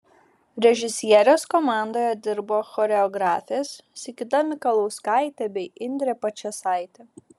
režisierės komandoje dirbo choreografės sigita mikalauskaitė bei indrė pačėsaitė